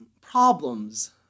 problems